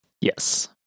Yes